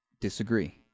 disagree